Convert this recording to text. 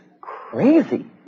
crazy